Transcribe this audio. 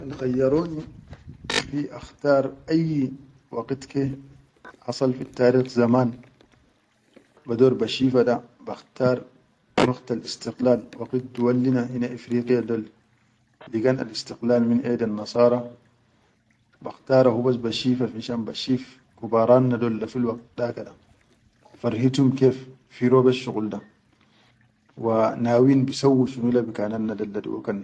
Kan khayyaroni fi akhtar fi ayyi waqit ke asal fittariq zaman bador ba shifa da bakhtar waqtal istikilal waqit duwal hinal efriqiye dol ligan lal istikal min ʼedan nasara bakhtara hubas ba shifa finshan bashif kubarat na dol dafi waqit da ka da farhitum kef fi robish shuqul da wa nawin basawwi shunu le bikanat na del da.